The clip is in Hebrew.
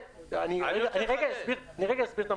אנחנו ביקשנו בהקדם האפשרי בהתאם לנסיבות,